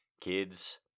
kids